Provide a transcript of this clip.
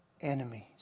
enemies